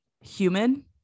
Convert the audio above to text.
human